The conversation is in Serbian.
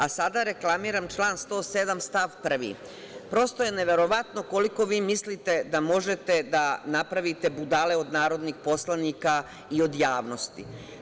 A sada reklamiram član 1074. stav 1. prosto je neverovatno koliko vi mislite da možete da napravite budale od narodnih poslanika i od javnosti.